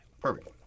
Perfect